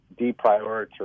deprioritize